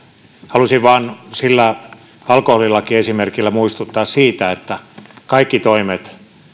halusin vain sillä alkoholilakiesimerkillä muistuttaa siitä että kaikki toimet